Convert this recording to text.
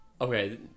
okay